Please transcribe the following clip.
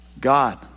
God